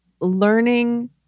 learning